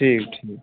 ठीक ठीक